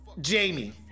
Jamie